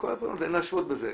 מכל הבחינות אין להשוות בזה.